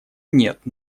нет